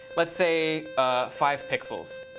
let's say five pixels.